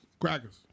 Crackers